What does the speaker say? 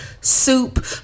soup